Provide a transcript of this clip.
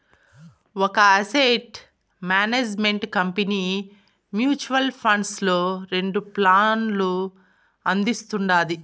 ఒక asset management company mutual funds లో రెండు ప్లాన్లు అందిస్తుండాది